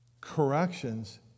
corrections